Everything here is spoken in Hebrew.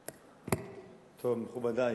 מכובדי,